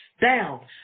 down